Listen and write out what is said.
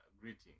Greeting